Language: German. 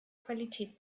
qualität